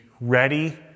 ready